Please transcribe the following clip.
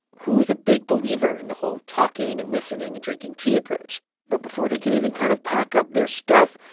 who's a big believer in the whole talking and listening and drinking tea approach but before they can even kind of pack up their stuff,